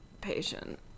Patient